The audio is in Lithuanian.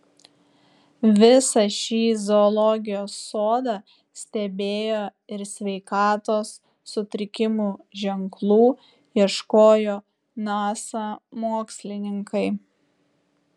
visą šį zoologijos sodą stebėjo ir sveikatos sutrikimų ženklų ieškojo nasa mokslininkai